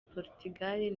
portugal